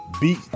beat